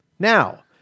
Now